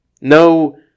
No